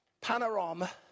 Panorama